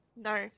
no